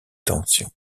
tensions